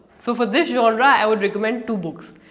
so for this genre, i would recommend two books.